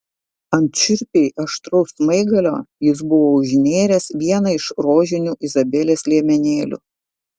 ant šiurpiai aštraus smaigalio jis buvo užnėręs vieną iš rožinių izabelės liemenėlių